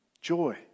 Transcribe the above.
Joy